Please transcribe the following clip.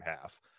half